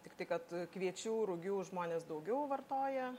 tik tai kad kviečių rugių žmonės daugiau vartoja